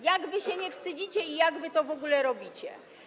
Jak wy się nie wstydzicie i jak wy to w ogóle robicie?